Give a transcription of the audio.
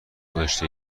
گذاشته